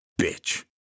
Bitch